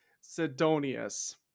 Sidonius